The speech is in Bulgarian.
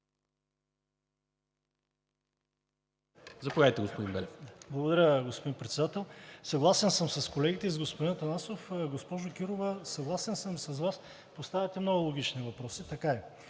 (Продължаваме Промяната): Благодаря, господин Председател. Съгласен съм с колегите и с господин Атанасов. Госпожо Кирова, съгласен съм и с Вас. Поставяте много логични въпроси, така е.